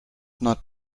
not